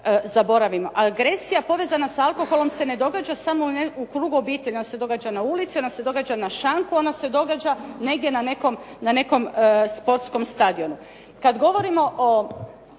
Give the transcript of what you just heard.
Agresija povezana sa alkoholom se ne događa samo u krugu obitelji, ona se događa na ulici, ona se događa na šanku, ona se događa negdje ne nekom sportskom stadionu.